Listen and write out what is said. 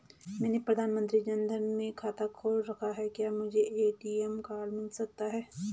मैंने प्रधानमंत्री जन धन में खाता खोल रखा है क्या मुझे ए.टी.एम कार्ड मिल सकता है?